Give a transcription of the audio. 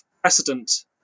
precedent